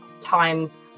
times